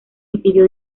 impidió